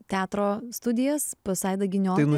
teatro studijas pas aidą giniotį